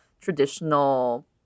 traditional